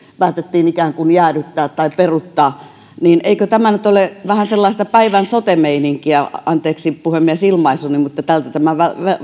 päätettiin ikään kuin jäädyttää tai peruuttaa niin eikö tämä nyt ole vähän sellaista päivän sote meininkiä anteeksi puhemies ilmaisuni mutta tältä tämä